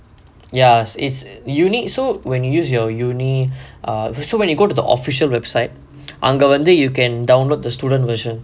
ya it's unit so when you use your university err so when you go to the official website அங்க வந்து:anga vanthu you can download the student version